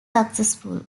successful